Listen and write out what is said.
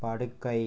படுக்கை